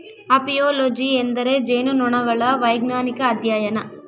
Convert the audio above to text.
apiology ಎಂದರೆ ಜೇನುನೊಣಗಳ ವೈಜ್ಞಾನಿಕ ಅಧ್ಯಯನ